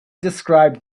described